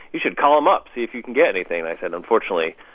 you should call them up, see if you can get anything. i said, unfortunately,